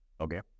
Okay